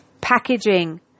packaging